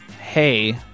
hey